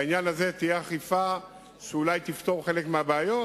בעניין הזה תהיה אכיפה שתפתור חלק מהבעיות